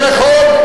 ואתה יודע שזה נכון,